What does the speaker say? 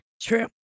True